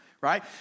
right